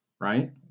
right